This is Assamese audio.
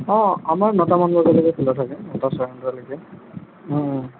অঁ আমাৰ নটা মান বজালৈকে খোলা থাকে নটা চাৰে নটালৈকে